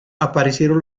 aparecieron